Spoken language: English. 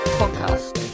podcast